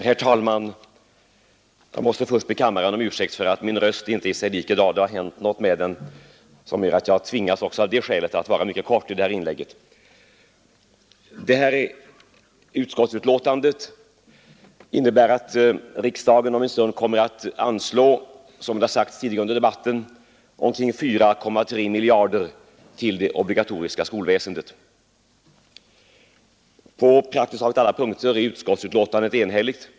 Herr talman! Utskottsbetänkandet innebär att riksdagen om en stund — som det har sagts tidigare under debatten — kommer att anslå omkring 4,3 miljarder till det obligatoriska skolväsendet. På praktiskt taget alla punkter är betänkandet enhälligt.